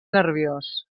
nerviós